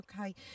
Okay